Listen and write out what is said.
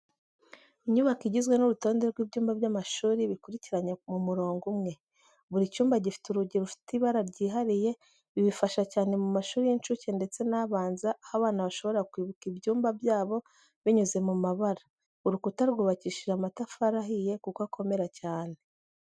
Inyubako igizwe n’urutonde rw’ibyumba by’amashuri bikurikiranye mu murongo umwe. Buri cyumba gifite urugi rufite ibara ryihariye, ibi bifasha cyane mu mashuri y’incuke ndetse n'abanza aho abana bashobora kwibuka ibyumba byabo binyuze mu mabara. Urukuta rw'ubakishije amatafari ahiye kuko akomeracyane.